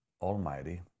Almighty